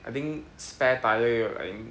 I think spare tyre